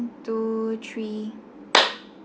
two three